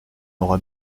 auras